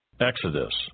Exodus